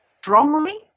strongly